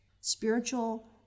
spiritual